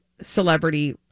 celebrity